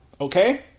Okay